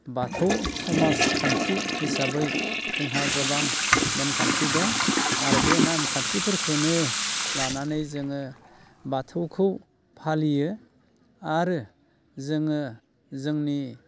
बाथौ समाजखान्थि हिसाबै जोंहा गोबां नेम खान्थि दं आरो बे नेम खान्थिफोरखौनो लानानै जोङो बाथौखौ फालियो आरो जोङो जोंनि